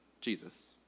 Jesus